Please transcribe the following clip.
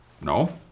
no